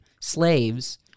slaves